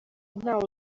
ntawe